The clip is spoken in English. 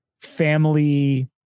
family